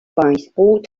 baseball